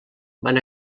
van